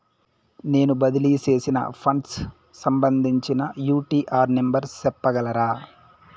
నేను బదిలీ సేసిన ఫండ్స్ సంబంధించిన యూ.టీ.ఆర్ నెంబర్ సెప్పగలరా